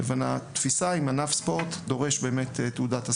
לבין התפיסה שקובעת האם ענף ספורט באמת דורש תעודת הסמכה.